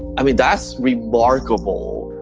i mean, that's remarkable.